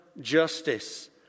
justice